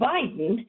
Biden